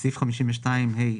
בסעיף 52ד(ה),